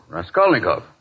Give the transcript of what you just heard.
Raskolnikov